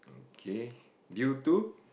okay due to